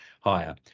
higher